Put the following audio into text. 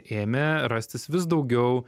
ėmė rastis vis daugiau